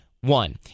One